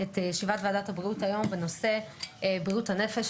את ישיבת ועדת הבריאות היום בנושא בריאות הנפש.